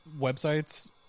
websites